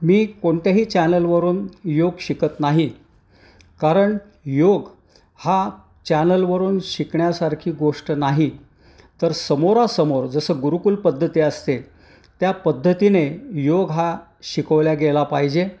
मी कोणत्याही चॅनलवरून योग शिकत नाही कारण योग हा चॅनलवरून शिकण्यासारखी गोष्ट नाही तर समोरासमोर जसं गुरुकुल पद्धती असते त्या पद्धतीने योग हा शिकवला गेला पाहिजे